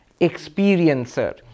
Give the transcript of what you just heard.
experiencer